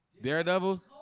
Daredevil